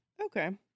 Okay